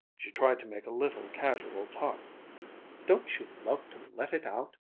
she tried to make a little casual talk don't you love to let it out,